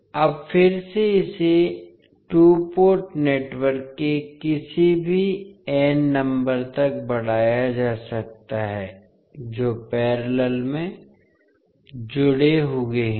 अब फिर से इसे टू पोर्ट नेटवर्क के किसी भी एन नंबर तक बढ़ाया जा सकता है जो पैरेलल में जुड़े हुए हैं